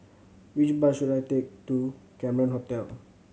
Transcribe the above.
which bus should I take to Cameron Hotel